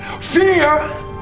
Fear